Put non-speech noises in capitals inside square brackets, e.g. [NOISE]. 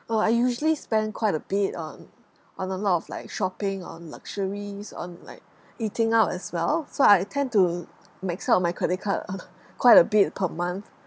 oh I usually spend quite a bit on on a lot of like shopping on luxuries on like eating out as well so I tend to max out my credit card [NOISE] quite a bit per month